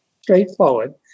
straightforward